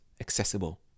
accessible